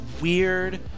weird